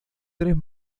tres